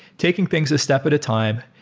taking things a step at a time.